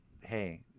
hey